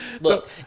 Look